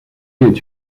est